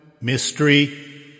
Mystery